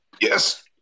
Yes